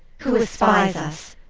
who espies us?